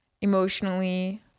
emotionally